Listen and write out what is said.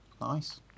Nice